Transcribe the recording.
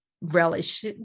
relish